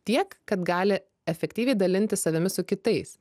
tiek kad gali efektyviai dalintis savimi su kitais